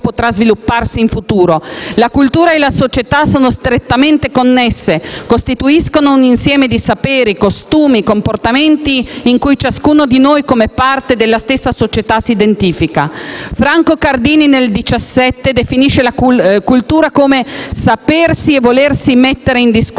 La cultura e la società sono strettamente connesse, costituiscono un insieme di saperi, costumi, comportamenti in cui ciascuno di noi come parte della stessa società si identifica. Franco Cardini nel 2017 definisce la cultura come «sapersi e volersi mettere in discussione»,